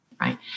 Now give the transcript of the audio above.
right